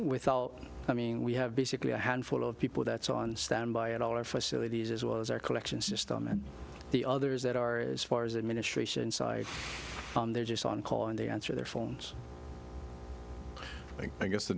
without i mean we have basically a handful of people that's on standby at all our facilities as well as our collection system and the others that are as far as the administration side they're just on call and they answer their phones and i guess the